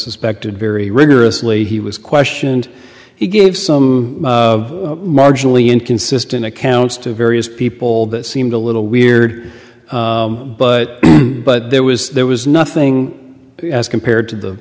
suspected very rigorously he was questioned he gave some marginally inconsistent accounts to various people that seemed a little weird but but there was there was nothing as compared to the